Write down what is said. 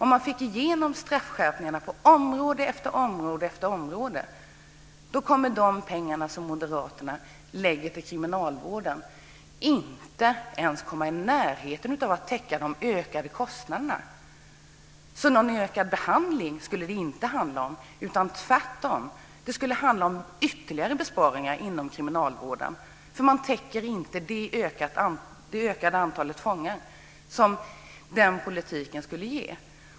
Om man får igenom straffskärpningar på område efter område kommer de pengar som moderaterna avsätter till kriminalvården inte ens att vara i närheten av att täcka de ökade kostnaderna. Det skulle inte bli fråga om mer behandling. Det skulle tvärtom handla om ytterligare besparingar inom kriminalvården. Man kan inte täcka kostnaderna för det ökade antal fångar som den politiken skulle ge.